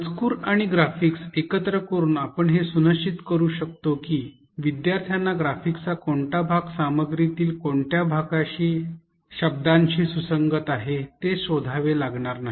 मजकूर आणि ग्राफिक्स एकत्रित करून आपण हे सुनिश्चित करू शकतो की विद्यार्थ्यांना ग्राफिक्सचा कोणता भाग सामग्रीमधील कोणत्या शब्दांशी सुसंगत आहे ते शोधावे लागणार नाही